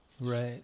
right